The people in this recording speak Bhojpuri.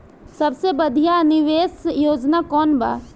सबसे बढ़िया निवेश योजना कौन बा?